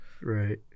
Right